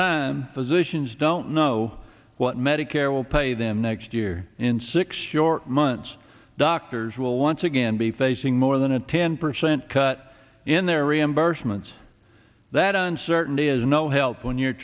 time physicians don't know what medicare will pay them next year in six short months doctors will once again be facing more than a ten percent cut in their reimbursements that uncertainty is no help when you're